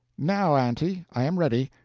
now, aunty, i am ready,